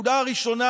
הנקודה הראשונה